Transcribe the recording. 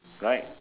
right